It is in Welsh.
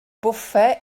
bwffe